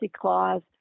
clause